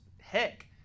heck